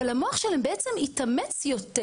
אבל בעצם המוח שלהם בעצם התאמץ יותר,